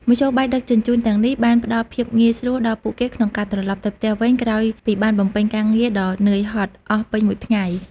មធ្យោបាយដឹកជញ្ជូនទាំងនេះបានផ្តល់ភាពងាយស្រួលដល់ពួកគេក្នុងការត្រឡប់ទៅផ្ទះវិញក្រោយពីបានបំពេញការងារដ៏នឿយហត់អស់ពេញមួយថ្ងៃ។